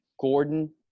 Gordon